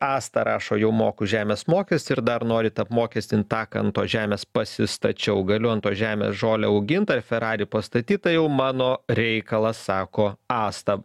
asta rašo jau moku žemės mokestį ir dar norit apmokestint tą ką ant tos žemės pasistačiau galiu ant tos žemės žolę augint ar ferari pastatyt tai jau mano reikalas sako asta